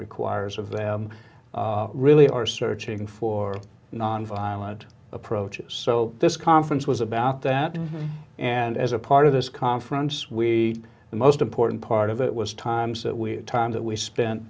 requires of them really are searching for nonviolent approaches so this conference was about that and as a part of this conference we the most important part of it was times that we had time that we spent